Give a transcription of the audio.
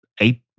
eight